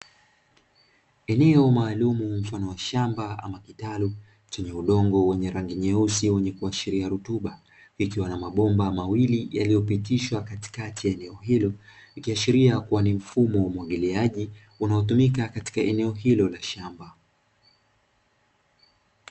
Eneo maalumu mfano wa shamba ama kitalu chenye udongo wenye rangi nyeusi wenye kuashiria rutuba, ikiwa na mabomba mawili yaliyopitishwa katikati ya eneo hilo, ikiashiria kuwa ni mfumo wa umwagiliaji unaotumika katika eneo hilo la shamba.